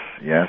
yes